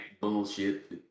bullshit